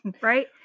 right